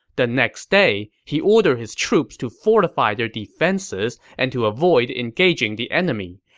the next day, he ordered his troops to fortify their defenses and to avoid engaging the enemy,